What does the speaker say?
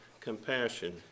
compassion